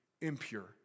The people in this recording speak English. impure